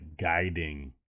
guiding